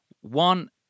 One